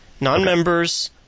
Non-members